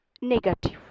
negative